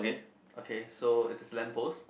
okay so it's lamp post